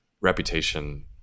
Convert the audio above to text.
reputation